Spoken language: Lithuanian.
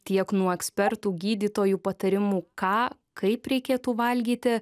tiek nuo ekspertų gydytojų patarimų ką kaip reikėtų valgyti